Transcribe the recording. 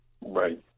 Right